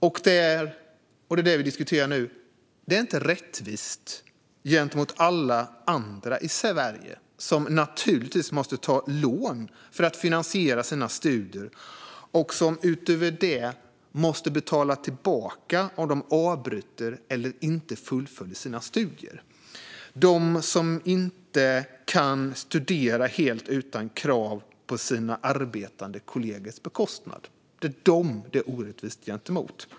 Och, som vi diskuterar nu, det är inte rättvist mot alla dem som måste ta lån för att finansiera sina studier och som utöver det måste betala tillbaka om de avbryter eller inte fullföljer sina studier, de som inte kan studera helt utan krav och på sina arbetande kollegors bekostnad. Det är dessa det är orättvist mot.